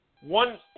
One